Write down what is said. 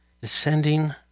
descending